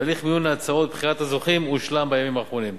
והליך מיון ההצעות ובחירת הזוכים הושלם בימים האחרונים.